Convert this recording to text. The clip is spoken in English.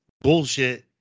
bullshit